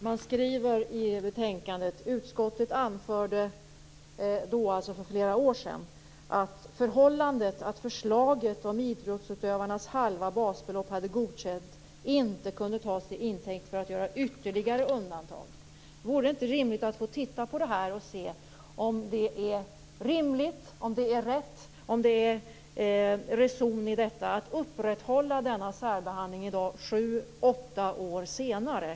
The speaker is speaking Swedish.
Man skriver i betänkandet att utskottet - för flera år sedan - anförde att förhållandet att förslaget om idrottsutövarnas halva basbelopp hade godkänts inte kunde tas till intäkt för att göra ytterligare undantag. Vore det inte rimligt att få titta på detta och se om det är rimligt och rätt? Är det någon reson i att upprätthålla denna särbehandling i dag, 7-8 år senare?